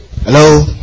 Hello